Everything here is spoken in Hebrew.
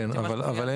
אם אני